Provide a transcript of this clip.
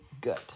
good